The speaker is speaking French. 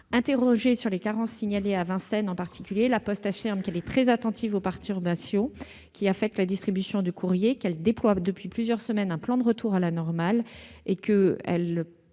Interrogée sur les carences signalées à Vincennes en particulier, La Poste affirme qu'elle est très attentive aux perturbations qui affectent la distribution du courrier et qu'elle déploie depuis plusieurs semaines un plan de retour à la normale. À l'échelle